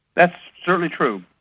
that's certainly true.